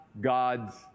God's